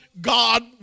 God